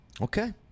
okay